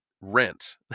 rent